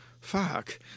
fuck